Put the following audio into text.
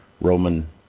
Roman